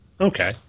Okay